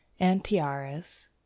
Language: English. Antiaris